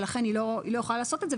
ולכן רשות המסים לא יכולה לעשות את זה.